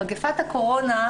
מגפת הקורונה,